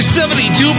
72